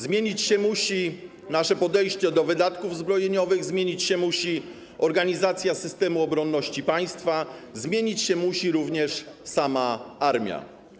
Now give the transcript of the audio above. Zmienić się musi nasze podejście do wydatków zbrojeniowych, zmienić się musi organizacja systemu obronności państwa, zmienić się musi również sama armia.